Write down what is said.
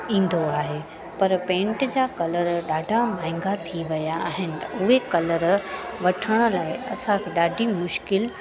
ईंदो आहे पर पेंट जा कलर ॾाढा महांगा थी विया आहिनि उहे कलर वठण लाइ असांखे ॾाढी मुश्किल